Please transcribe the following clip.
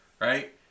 right